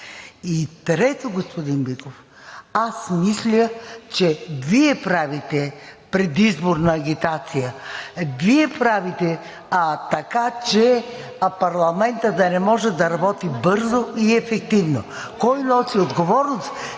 И, трето, господин Биков, аз мисля, че Вие правите предизборна агитация, Вие правите така, че парламентът да не може да работи бързо и ефективно. Кой носи отговорност?